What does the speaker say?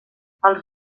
els